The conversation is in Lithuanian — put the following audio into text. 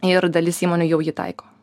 ir dalis įmonių jau jį taiko